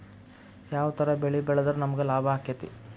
ಯಾವ ತರ ಬೆಳಿ ಬೆಳೆದ್ರ ನಮ್ಗ ಲಾಭ ಆಕ್ಕೆತಿ?